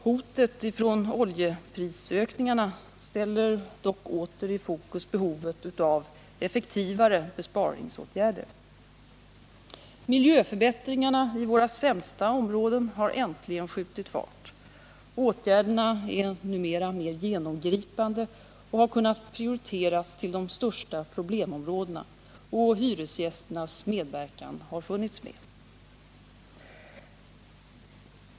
Hotet ifrån oljeprisökningarna ställer dock åter i fokus behovet av effektivare besparingsåtgärder. Miljöförbättringarna i våra sämsta områden har äntligen skjutit fart. Åtgärderna är numera mer genomgripande och har kunnat prioriteras till de största problemområdena. Hyresgästernas medverkan har funnits med.